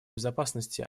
безопасности